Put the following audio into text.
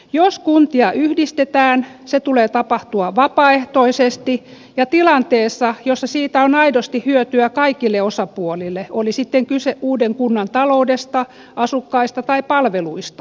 jos kuntia yhdistetään sen tulee tapahtua vapaaehtoisesti ja tilanteessa jossa siitä on aidosti hyötyä kaikille osapuolille oli sitten kyse uuden kunnan taloudesta asukkaista tai palveluista